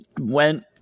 went